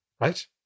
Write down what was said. right